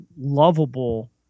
lovable